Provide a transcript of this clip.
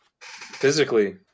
physically